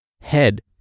head